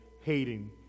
hating